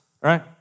right